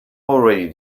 already